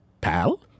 Pal